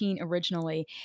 originally